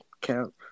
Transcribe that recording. count